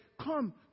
Come